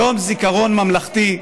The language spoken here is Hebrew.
יום זיכרון ממלכתי,